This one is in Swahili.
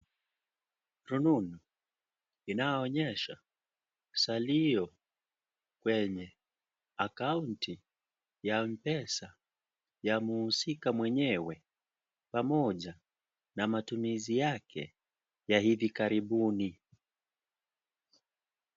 Rununu inayoonyesha salio kwenye akaunti ya m pesa, ya muhusika mwenyewe, pamoja na matumizi yake ya hivi karibuni.